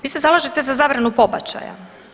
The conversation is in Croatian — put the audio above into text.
Vi se zalažete za zabranu pobačaja.